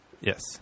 Yes